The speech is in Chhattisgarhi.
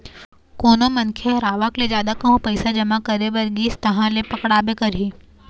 कोनो मनखे ह आवक ले जादा कहूँ पइसा जमा करे बर गिस तहाँ ले पकड़ाबे करही